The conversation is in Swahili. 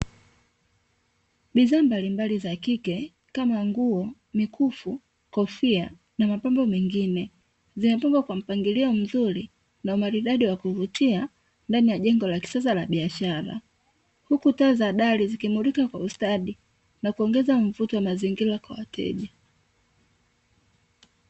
Bidhaa mbalimbali za kike kama nguo, mikufu, kofia na mapambo mengine. Zimepangwa kwa mpangilio mzuri na umaridadi wa kuvutia ndani ya jengo la kisasa la biashara. Huku taa za dari zikimulika kwa ustadii na kuongeza mvuto wa mazingira kwa wateja.